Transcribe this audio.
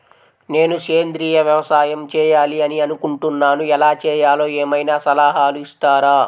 నేను సేంద్రియ వ్యవసాయం చేయాలి అని అనుకుంటున్నాను, ఎలా చేయాలో ఏమయినా సలహాలు ఇస్తారా?